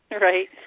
right